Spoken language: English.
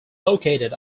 located